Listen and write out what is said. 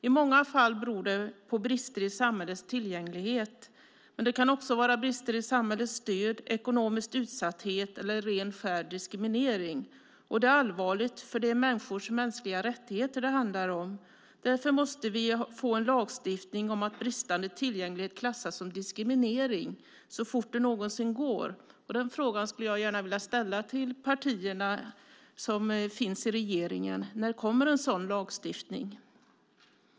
I många fall beror det på brister i samhällets tillgänglighet, men det kan också vara brister i samhällets stöd, det kan vara ekonomisk utsatthet eller ren skär diskriminering. Och det är allvarligt, för det är mänskliga rättigheter det handlar om. Därför måste vi få en lagstiftning om att bristande tillgänglighet så fort det någonsin går klassas som diskriminering. Den frågan skulle jag vilja ställa till regeringspartierna: När kommer en sådan lagstiftning?